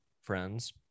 friends